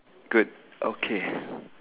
good okay